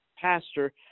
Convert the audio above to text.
pastor